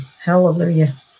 Hallelujah